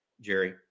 Jerry